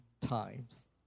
times